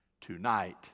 tonight